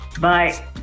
Bye